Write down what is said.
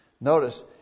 Notice